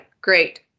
Great